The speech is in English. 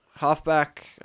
Halfback